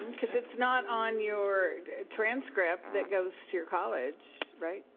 cause it's not on your transcript that goes to your college, right.